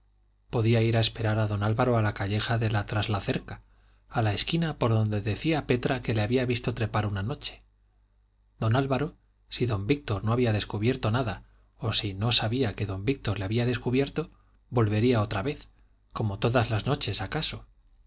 podía ir a esperar a don álvaro a la calleja de traslacerca a la esquina por donde decía petra que le había visto trepar una noche don álvaro si don víctor no había descubierto nada o si no sabía que don víctor le había descubierto volvería otra vez como todas las noches acaso